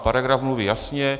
Paragraf mluví jasně.